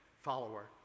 follower